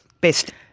best